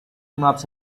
maps